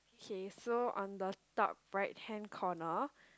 okay so on the top right hand corner